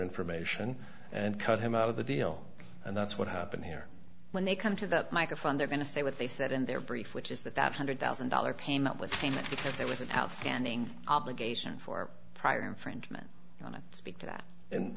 information and cut him out of the deal and that's what happened here when they come to that microphone they're going to say what they said in their brief which is that that hundred thousand dollars payment with payment if there was an outstanding obligation for prior infringement on it speak to that and